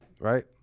Right